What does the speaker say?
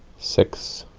six